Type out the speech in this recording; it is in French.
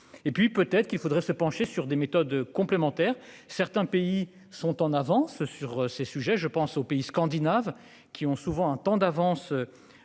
et puis peut-être qu'il faudrait se pencher sur des méthodes complémentaires, certains pays sont en avance sur ces sujets, je pense aux pays scandinaves qui ont souvent un temps d'avance.